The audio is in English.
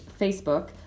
Facebook